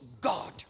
God